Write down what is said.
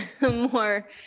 more